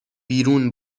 بیرون